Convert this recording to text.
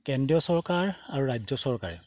কেন্দ্ৰীয় চৰকাৰ আৰু ৰাজ্য চৰকাৰে